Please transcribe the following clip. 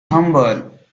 humble